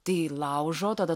tai laužo tada